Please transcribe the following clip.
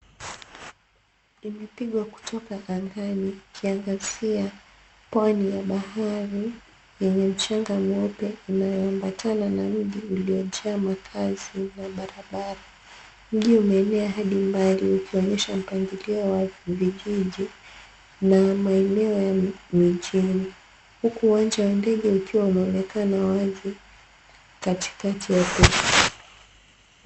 Imepigwa kutoka angani ikiangazia pwani ya bahari, yenye mchanga mweupe inayoambatana na mji uliojaa makazi na barabara. Mji umeenea hadi mbali ukionyesha mpangilio wa vijiji na maeneo ya mijini, huku uwanja wa ndege ukiwa unaonekana wazi katikati ya...